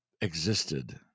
existed